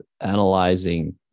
analyzing